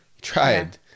tried